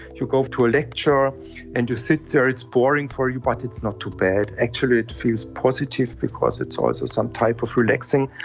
you go to a lecture and you sit there, it's boring for you but it's not too bad. actually it feels positive because it's also some type of relaxing.